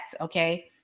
Okay